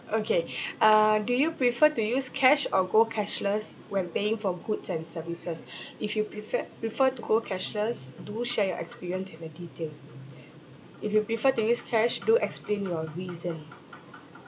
okay uh do you prefer to use cash or go cashless when paying for goods and services if you prefer prefer to go cashless do share your experience and the details if you prefer to use cash do explain your reason